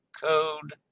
code